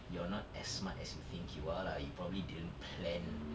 you're not as smart as you think you are lah you probably didn't plan